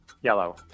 yellow